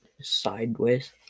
sideways